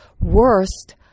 worst